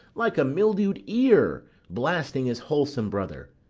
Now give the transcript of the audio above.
like a milldew'd ear blasting his wholesome brother.